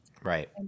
Right